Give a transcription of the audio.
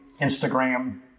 Instagram